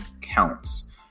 counts